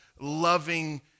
loving